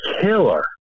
killer